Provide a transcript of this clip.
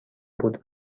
بود